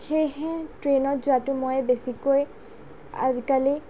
সেয়েহে ট্ৰেইনত যোৱাটো মই বেছিকৈ আজিকালি